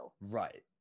right